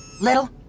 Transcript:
Little